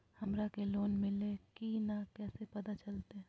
हमरा के लोन मिल्ले की न कैसे पता चलते?